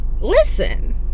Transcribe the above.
listen